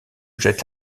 jette